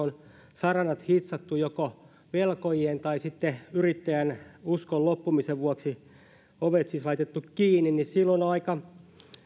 saranat on hitsattu joko velkojien tai sitten yrittäjän uskon loppumisen vuoksi ovet siis laitettu kiinni silloin on aika